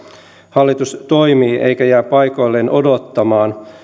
hallitus toimii eikä jää paikoilleen odottamaan